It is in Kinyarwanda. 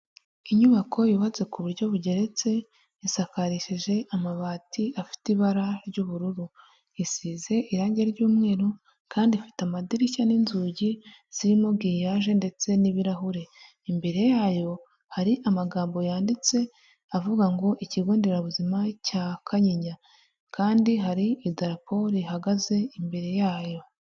Inyubako yubatse ku buryo bugeretse isakarishije amabati afite ibara ry'ubururu isize irangi ry'umweru kandi ifite amadirishya n'inzugi zirimo giliyaje ndetse n'ibirahure imbere yayo hari amagambo yanditse avuga ngo ikigo nderabuzima cya kanyinya kandi hari idarapo rihagaze imbere yayo.